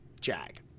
Jag